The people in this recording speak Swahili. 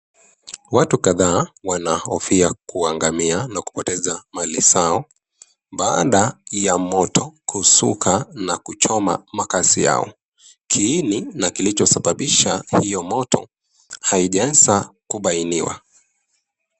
Watu kadhaa wanahofia kuangamia na kupoteza mali zao baada ya moto kuzuka na kuchoma makazi yao. Kiini na kilichosababisha moto haijaweza kubainiwa.